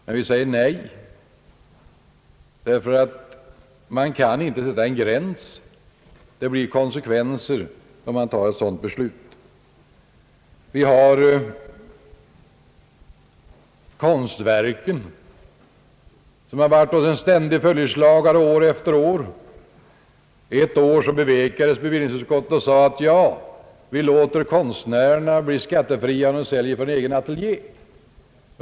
Men vi säger nej också här. Man kan inte här sätta en gräns — det drar med sig konsekvenser om man fattar ett sådant beslut. Vi har konstverken. Frågan hur de skall skattebehandlas har följt oss år efter år. Ett år bevektes bevillningsutskottet och gav konstnärerna skattefrihet vid försäljning från egen ateljé.